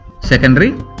secondary